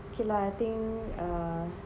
okay lah I think err